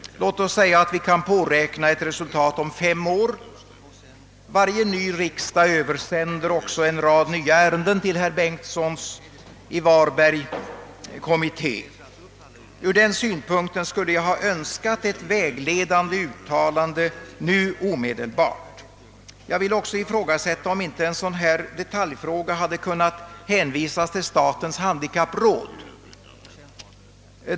Låt oss säga att vi kan påräk na ett resultat om fem år. Varje ny riksdag översänder emellertid en rad nya ärenden till herr Bengtssons i Varberg utredning. Ur den synpunkten skulle jag ha önskat ett vägledande uttalande nu omedelbart. Jag vill också ifrågasätta om inte en sådan här detaljfråga hade kunnat hänvisas till statens handikappråd.